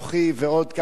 אנוכי ועוד כמה,